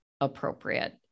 appropriate